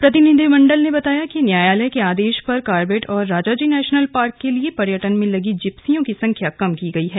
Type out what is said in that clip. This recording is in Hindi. प्रतिनिधिमण्डल ने बताया कि न्यायालय के आर्देश पर कार्बेट और राजाजी नेशनल पार्क के लिए पर्यटन में लगी जिप्सियों की संख्या कम की गई है